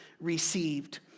received